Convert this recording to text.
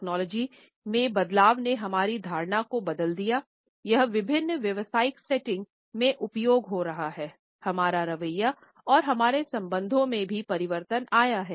technology में बदलाव ने हमारी धारणा को बदल दिया यह विभिन्न व्यावसायिक सेटिंग में उपयोग हो रहा हैं हमारा रवैया और हमारे संबंधों में भी परिवर्तन आया हैं